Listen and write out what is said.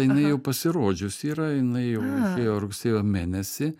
jinai jau pasirodžius yra jinai jau išėjo rugsėjo mėnesį